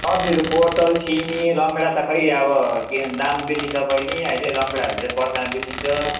सब्जीहरू पोटल सिमी रमभेँडा त खै अब किनभने दाम बेसी छ बैनी अहिले रमभेँडाहरू चाहिँ बर्खामा बिग्रिन्छ